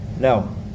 No